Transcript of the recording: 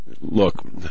look